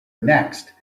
next